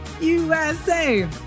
USA